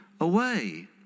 away